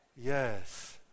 Yes